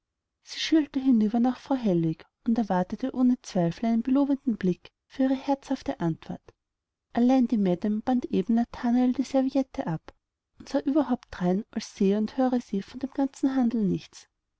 sie schielte hinüber nach frau hellwig und erwartete ohne zweifel einen belobenden blick für ihre herzhafte antwort allein die madame band eben nathanael die serviette ab und sah überhaupt drein als sehe und höre sie von dem ganzen handel nichts